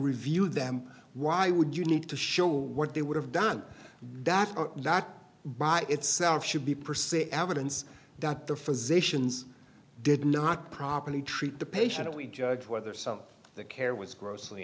reviewed them why would you need to show what they would have done that that by itself should be perceived evidence that the physicians did not properly treat the patient we judge whether some of the care was grossly